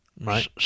right